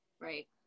Right